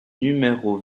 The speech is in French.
numéro